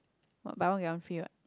buy one get one free what